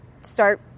start